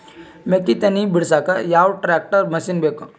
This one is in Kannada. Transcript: ಮೆಕ್ಕಿ ತನಿ ಬಿಡಸಕ್ ಯಾವ ಟ್ರ್ಯಾಕ್ಟರ್ ಮಶಿನ ಬೇಕು?